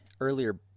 earlier